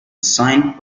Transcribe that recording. assigned